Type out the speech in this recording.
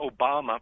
Obama